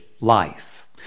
life